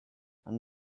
and